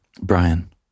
brian